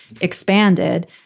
expanded